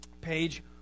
page